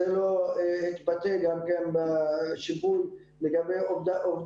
אבל בשאר הדברים אני חושב שהמשרד פועל